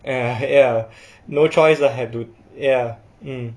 ya ya no choice ah have to ya